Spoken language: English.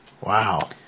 Wow